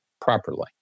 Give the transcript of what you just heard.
properly